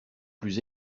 plus